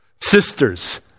sisters